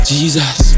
Jesus